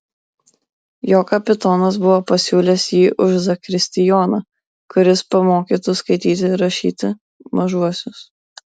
jo kapitonas buvo pasiūlęs jį už zakristijoną kuris pamokytų skaityti ir rašyti mažuosius